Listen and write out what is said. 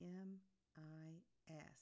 M-I-S